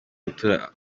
gutura